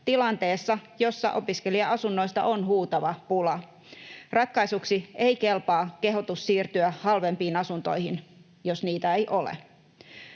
tilanteessa, jossa opiskelija-asunnoista on huutava pula. Ratkaisuksi ei kelpaa kehotus siirtyä halvempiin asuntoihin, jos niitä ei ole.